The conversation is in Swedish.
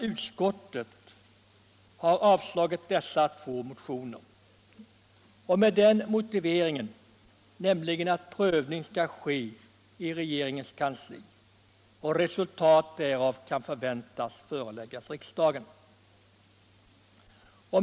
Utskottet har avstyrkt dessa båda motioner med motiveringen att prövning av frågan skall ske i regeringens kansli och att resultatet kan förväntas föreläggas riksdagen under våren 1976.